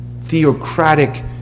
theocratic